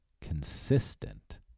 consistent